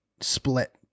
split